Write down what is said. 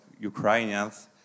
Ukrainians